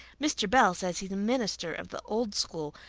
mr. bell says he's a minister of the old school,